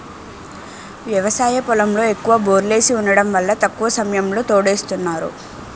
వ్యవసాయ పొలంలో ఎక్కువ బోర్లేసి వుండటం వల్ల తక్కువ సమయంలోనే తోడేస్తున్నారు